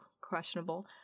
questionable